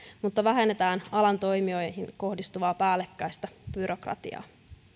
mutta vähennetään alan toimijoihin kohdistuvaa päällekkäistä byrokratiaa